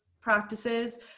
practices